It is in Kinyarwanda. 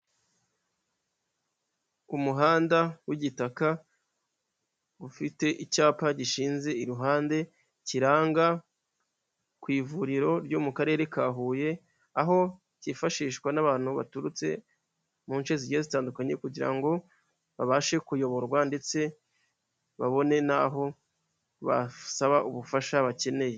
Umuhanda w'igitaka ufite icyapa gishinze iruhande kiranga ku ivuriro ryo mu karere ka Huye, aho cyifashishwa n'abantu baturutse mu nshe zigiye zitandukanye kugira ngo babashe kuyoborwa ndetse babone n'aho basaba ubufasha bakeneye.